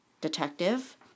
Detective